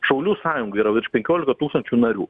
šaulių sąjungoj yra virš penkiolika tūkstančių narių